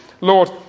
Lord